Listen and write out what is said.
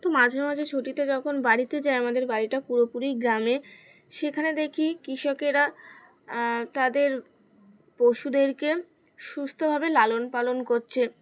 তো মাঝে মাঝে ছুটিতে যখন বাড়িতে যাই আমাদের বাড়িটা পুরোপুরি গ্রামে সেখানে দেখি কৃষকেরা তাদের পশুদেরকে সুস্থভাবে লালন পালন করছে